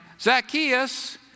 Zacchaeus